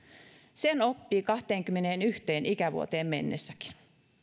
sen oppii kahteenkymmeneenyhteen ikävuoteen mennessäkin